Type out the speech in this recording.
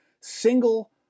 single